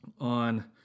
on